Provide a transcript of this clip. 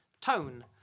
tone